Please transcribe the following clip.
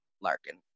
Larkin